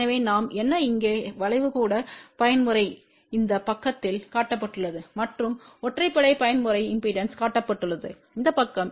எனவே நாம் என்ன இங்கே வளைவு கூட பயன்முறை இந்த பக்கத்தில் காட்டப்பட்டுள்ளது மற்றும் ஒற்றைப்படை பயன்முறை இம்பெடன்ஸ் காட்டப்பட்டுள்ளது இந்த பக்கம்